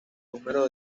número